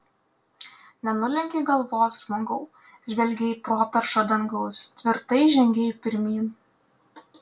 nenulenkei galvos žmogau žvelgei į properšą dangaus tvirtai žengei pirmyn